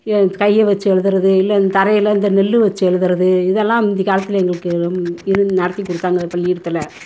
என் கையை வெச்சி எழுதுறது இல்லை இந்த தரையில் இந்த நெல் வெச்சி எழுதறது இதெல்லாம் முந்தி காலத்தில் எங்களுக்கு இருந்து நடத்தி கொடுத்தாங்க பள்ளிக்கூடத்துல